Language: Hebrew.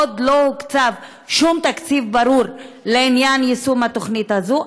עוד לא הוקצב שום תקציב ברור לעניין יישום התוכנית הזאת.